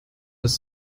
das